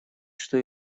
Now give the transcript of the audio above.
что